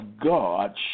God